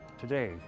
today